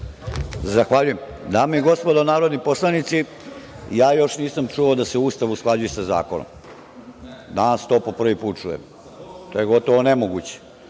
Zahvaljujem. Dame i gospodo narodni poslanici, ja još nisam čuo da se Ustav usklađuje sa zakonom. Danas to po prvi put čujem. To je gotovo nemoguće.